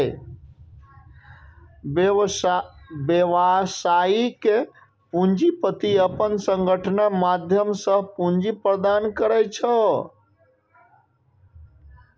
व्यावसायिक पूंजीपति अपन संगठनक माध्यम सं पूंजी प्रदान करै छै